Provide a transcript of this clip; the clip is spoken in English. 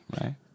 right